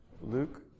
Luke